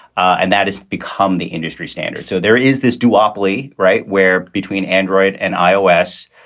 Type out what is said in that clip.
and that is become the industry standard. so there is this duopoly right, where between android and ios,